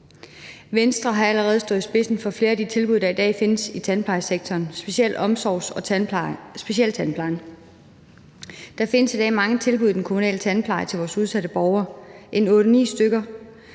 Venstre har allerede stået i spidsen for flere af de tilbud, der i dag findes i tandplejesektoren, specielt omsorgs- og specialtandplejen. Der findes i dag mange tilbud i den kommunale tandpleje til vores udsatte borgere, 8-9 stykker,